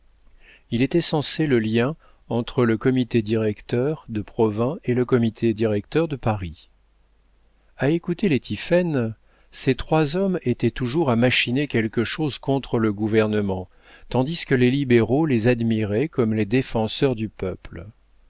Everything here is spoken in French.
il était censé le lien entre le comité directeur de provins et le comité directeur de paris a écouter les tiphaine ces trois hommes étaient toujours à machiner quelque chose contre le gouvernement tandis que les libéraux les admiraient comme les défenseurs du peuple